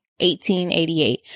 1888